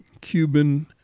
Cuban